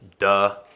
Duh